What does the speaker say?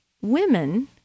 women